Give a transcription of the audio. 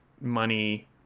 money